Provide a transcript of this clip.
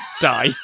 Die